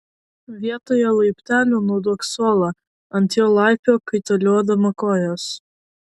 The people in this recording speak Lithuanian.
vietoje laiptelių naudok suolą ant jo laipiok kaitaliodama kojas